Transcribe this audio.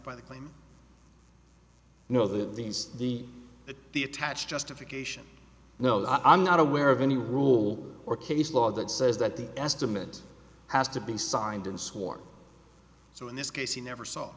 that these the detached justification no i'm not aware of any rule or case law that says that the estimate has to be signed and swore so in this case you never saw